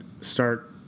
start